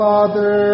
Father